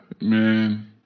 Man